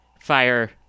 fire